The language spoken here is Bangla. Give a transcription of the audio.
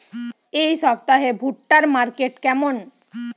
এই সপ্তাহে ভুট্টার মার্কেট কেমন?